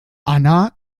anna